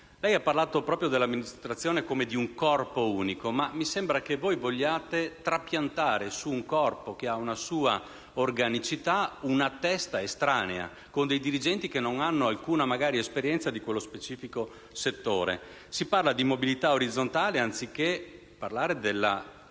Lei ha parlato dell'amministrazione come di un corpo unico, ma a me sembra che voi vogliate trapiantare su un corpo che ha una sua organicità una testa estranea, con dirigenti che magari non hanno alcuna esperienza di quello specifico settore. Si parla di mobilità orizzontale anziché parlare della